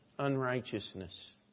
unrighteousness